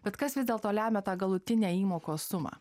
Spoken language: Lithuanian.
bet kas vis dėlto lemia tą galutinę įmokos sumą